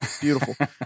Beautiful